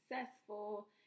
successful